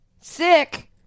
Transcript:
sick